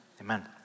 amen